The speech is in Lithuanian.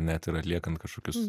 net ir atliekant kažkokius